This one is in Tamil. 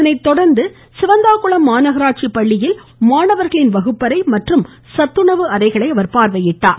அதனைத்தொடர்ந்து சிவந்தாகுளம் மாநகராட்சி பள்ளியில் மாணவர்களின் வகுப்பறை மற்றும் சத்துணவு அறைகளை அவர் பார்வையிட்டார்